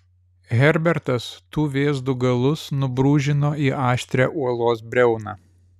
herbertas tų vėzdų galus nubrūžino į aštrią uolos briauną